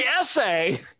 essay